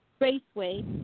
Raceway